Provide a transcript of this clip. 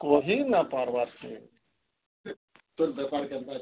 କହି ନାଇଁ ପାର୍ବା ତୋର୍ ତୋର୍ ବେପାର୍ କେନ୍ତା